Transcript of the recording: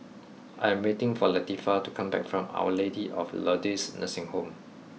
I am waiting for Latifah to come back from Our Lady of Lourdes Nursing Home